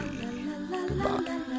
Goodbye